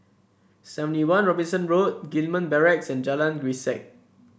Seventy One Robinson Road Gillman Barracks and Jalan Grisek